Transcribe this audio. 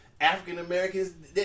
African-Americans